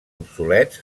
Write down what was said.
obsolets